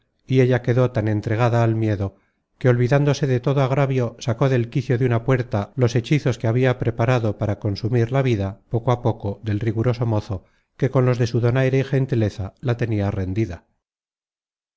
y ella quedó tan entregada al miedo que olvidándose de todo agravio sacó del quicio de una puerta los hechizos que habia preparado para consumir la vida poco á poco del riguroso mozo que con los de su donaire y gentileza la tenia rendida